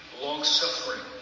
long-suffering